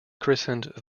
christened